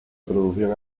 producción